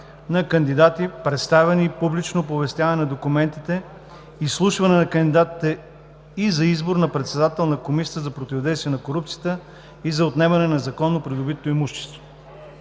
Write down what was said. на кандидати, представяне и публично оповестяване на документите, изслушване на кандидатите и за избор на председател на Комисията за противодействие на корупцията и за отнемане на незаконно придобитото имущество